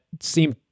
seem